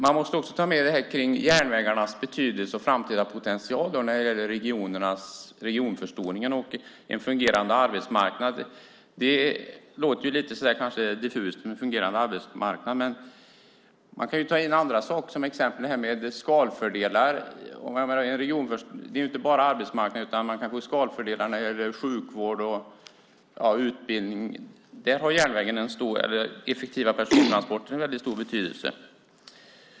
Man måste också ta med järnvägarnas betydelse och framtida potential när det gäller regionförstoringen och en fungerande arbetsmarknad. Det låter kanske lite diffust med en fungerande arbetsmarknad, men man kan ta in andra saker, till exempel skalfördelar. Det gäller inte bara arbetsmarknaden, utan man kan få skalfördelar även när det gäller sjukvård och utbildning. Där har effektiva persontransporter en väldigt stor betydelse.